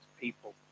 people